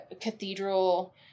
cathedral